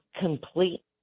complete